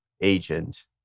agent